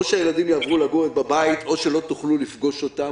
או שהילדים יעברו לגור בבית או שלא תוכלו לפגוש אותם,